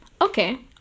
Okay